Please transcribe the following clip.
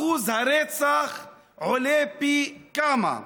אחוז הרצח עולה פי כמה.